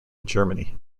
germany